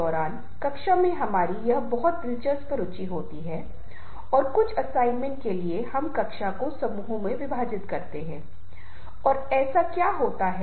जो बैठक में किया गया है संक्षेप में बताता है और अगली बैठक के लिए एजेंडा सेट करता है